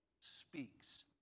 speaks